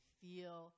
feel